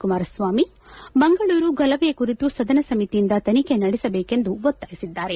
ಕುಮಾರಸ್ವಾಮಿ ಮಂಗಳೂರು ಗಲಭೆ ಕುರಿತು ಸದನ ಸಮಿತಿಯಿಂದ ತನಿಖೆ ನಡೆಸಬೇಕೆಂದು ಒತ್ತಾಯಿಸಿದ್ದಾರೆ